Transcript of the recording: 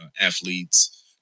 athletes